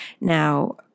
Now